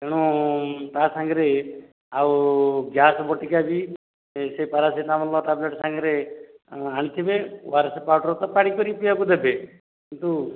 ତେଣୁ ତା ସାଙ୍ଗରେ ଆଉ ଗ୍ୟାସ୍ ବଟିକା ବି ସେ ପାରାସିଟାମଲ୍ ଟାବଲେଟ୍ ସାଙ୍ଗରେ ଆ ଆଣିଥିବେ ଓ ଆର୍ ଏସ୍ ପାଉଡ଼ର୍ ତ ପାଣି କରି ପିଇବାକୁ ଦେବେ କିନ୍ତୁ